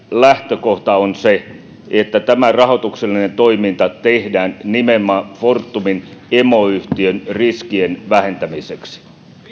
lähtökohta on se että tämä rahoituksellinen toiminta tehdään nimenomaan fortumin emoyhtiön riskien vähentämiseksi